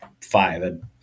five